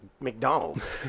McDonald's